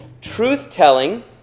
Truth-telling